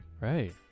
Right